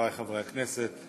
חברי חברי הכנסת,